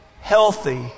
healthy